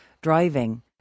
driving